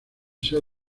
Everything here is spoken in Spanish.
ser